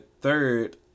third